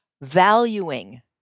valuing